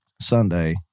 Sunday